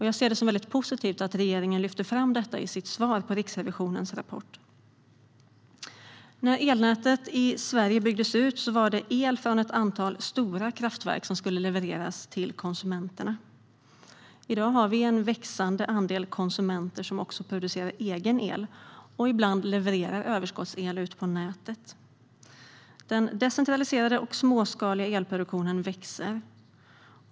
Jag ser det som positivt att regeringen lyfter fram detta i sitt svar på Riksrevisionens rapport. När elnätet i Sverige byggdes ut var det el från ett antal stora kraftverk som skulle levereras till konsumenterna. I dag har vi en växande andel konsumenter som också producerar egen el och ibland levererar överskottsel ut på nätet. Den decentraliserade och småskaliga elproduktionen växer.